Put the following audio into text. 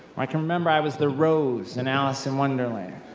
i can remember, i was the rose in alice in wonderland.